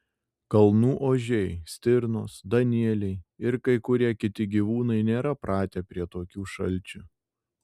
kalnų ožiai stirnos danieliai ir kai kurie kiti gyvūnai nėra pratę prie tokių šalčių